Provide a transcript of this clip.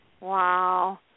Wow